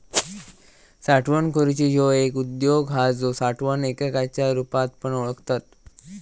साठवण करूची ह्यो एक उद्योग हा जो साठवण एककाच्या रुपात पण ओळखतत